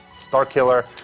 Starkiller